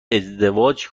ازدواج